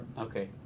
Okay